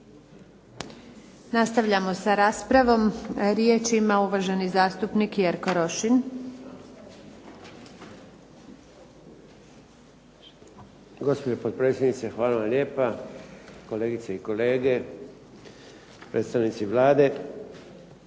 Nastavljamo sa raspravom. Riječ ima uvaženi zastupnik Jerko Rošin. **Rošin, Jerko (HDZ)** Gospođo potpredsjednice hvala vam lijepo. Kolegice i kolege, predstavnici Vlade.